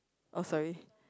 oh sorry